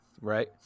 right